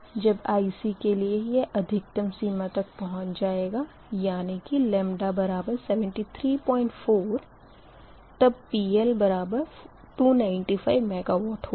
जब IC के लिए यह अधिकतम सीमा तक पहुँच जाएगा यानी कि 734 तब PL295 MW होगा